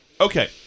Okay